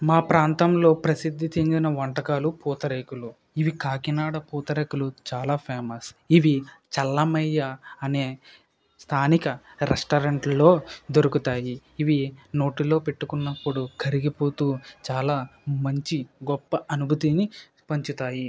మా ప్రాంతంలో ప్రసిద్ధి చెందిన వంటకాలు పూతరేకులు ఇవి కాకినాడ పూతరేకులు చాలా ఫేమస్ ఇవి చల్లమయ్యా అనే స్థానిక రెస్టారెంట్లలో దొరుకుతాయి ఇవి నోటిలో పెట్టుకున్నప్పుడు కరిగిపోతూ చాలా మంచి గొప్ప అనుభూతిని పంచుతాయి